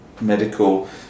medical